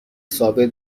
ثابت